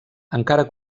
encara